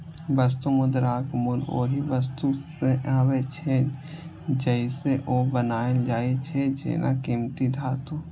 वस्तु मुद्राक मूल्य ओइ वस्तु सं आबै छै, जइसे ओ बनायल जाइ छै, जेना कीमती धातु